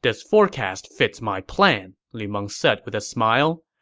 this forecast fits my plan, lu meng said with a smile.